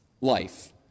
life